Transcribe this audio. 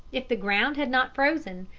if the ground had not frozen,